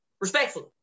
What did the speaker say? Respectfully